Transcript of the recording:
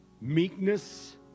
meekness